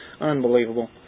unbelievable